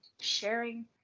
sharing